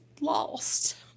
lost